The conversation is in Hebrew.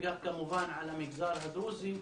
וגם כמובן על המגזר הדרוזי,